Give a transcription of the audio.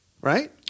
right